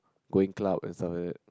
going club and stuff like that